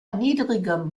niedrigem